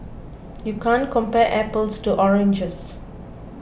you can't compare apples to oranges